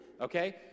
okay